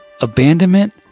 Abandonment